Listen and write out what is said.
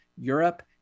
Europe